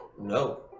No